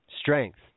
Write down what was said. strength